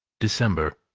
december,